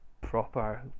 proper